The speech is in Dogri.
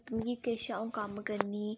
मिगी किश अ'ऊं कम्म करनी